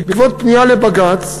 בעקבות פנייה לבג"ץ,